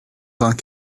vingt